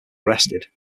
arrested